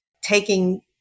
taking